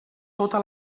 tota